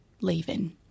leaving